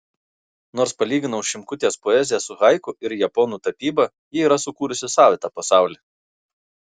nors palyginau šimkutės poeziją su haiku ir japonų tapyba ji yra sukūrusi savitą pasaulį